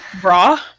Bra